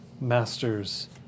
masters